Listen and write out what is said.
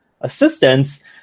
assistance